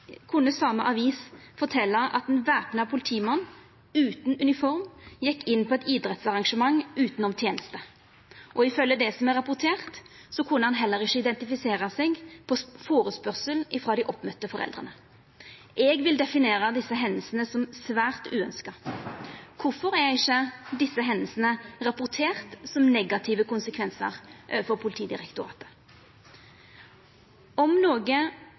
kunne same avis fortelja at ein væpna politimann utan uniform gjekk inn på eit idrettsarrangement utanom teneste, og ifølgje det som er rapportert, kunne han heller ikkje identifisera seg på førespurnad frå dei oppmøtte foreldra. Eg vil definera desse hendingane som svært uønskte. Kvifor er ikkje desse hendingane rapporterte som negative konsekvensar overfor Politidirektoratet? Om noko,